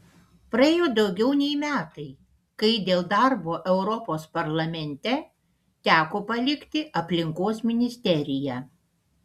praėjo daugiau nei metai kai dėl darbo europos parlamente teko palikti aplinkos ministeriją